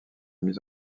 mise